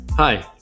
Hi